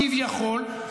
כביכול,